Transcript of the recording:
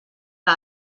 que